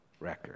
record